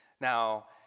Now